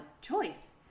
choice